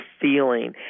feeling